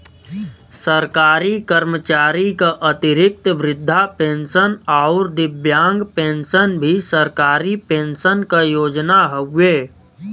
सरकारी कर्मचारी क अतिरिक्त वृद्धा पेंशन आउर दिव्यांग पेंशन भी सरकारी पेंशन क योजना हउवे